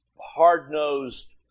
hard-nosed